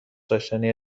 داشتنیه